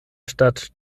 stadt